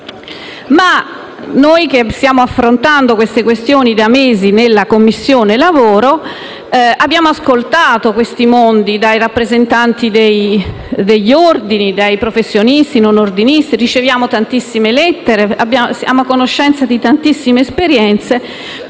Noi che stiamo affrontando tali questioni da mesi nella Commissione lavoro abbiamo ascoltato i diversi mondi, dai rappresentanti degli ordini, ai professionisti non ordinisti; riceviamo moltissime lettere e siamo a conoscenza di tantissime esperienze,